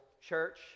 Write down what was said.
church